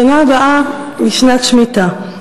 השנה הבאה היא שנת שמיטה.